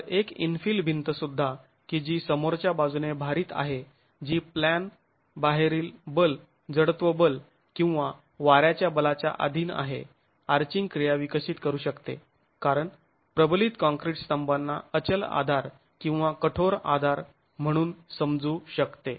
तर एक इनफील भिंत सुद्धा कि जी समोरच्या बाजूने भारीत आहे जी प्लॅन बाहेरील बल जडत्व बल किंवा वाऱ्याच्या बलाच्या अधीन आहे आर्चींग क्रिया विकसित करू शकते कारण प्रबलित काँक्रीट स्तंभांना अचल आधार किंवा कठोर आधार म्हणून समजू शकते